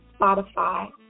Spotify